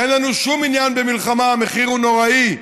אין לנו שום עניין במלחמה, המחיר הוא נוראי.